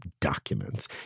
documents